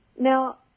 Now